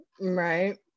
Right